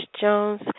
Jones